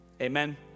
Amen